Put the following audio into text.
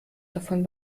davon